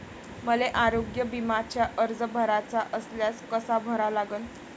मले आरोग्य बिम्याचा अर्ज भराचा असल्यास कसा भरा लागन?